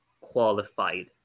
qualified